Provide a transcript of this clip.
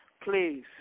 Please